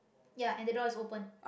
ya and the door is open